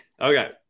Okay